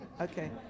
Okay